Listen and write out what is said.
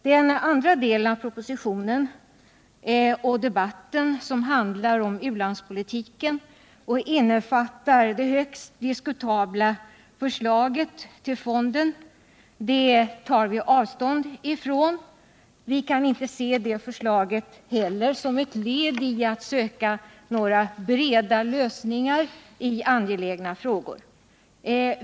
Den andra delen av propositionen och debatten — den handlar om ulandspolitiken och innefattar det högst diskutabla förslaget om fonden — tar vi avstånd ifrån. Vi kan inte se detta förslag heller såsom ett led i strävandena att i svensk politik nå breda lösningar i angelägna frågor.